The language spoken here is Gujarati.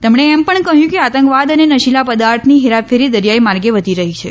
તેમણે એમ પણ કહ્યું કે આતંકવાદ અને નશીલા પદાર્થની હેરાફેરી દરિયાઈ માર્ગે વધી રહી છે